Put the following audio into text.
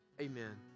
Amen